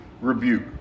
rebuke